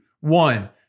One